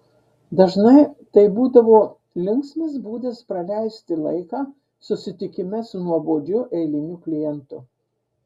dažnai tai būdavo linksmas būdas praleisti laiką susitikime su nuobodžiu eiliniu klientu